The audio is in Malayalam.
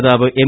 നേതാവ് എം